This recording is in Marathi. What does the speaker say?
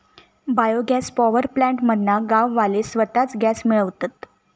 बायो गॅस पॉवर प्लॅन्ट मधना गाववाले स्वताच गॅस मिळवतत